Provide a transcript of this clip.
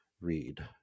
read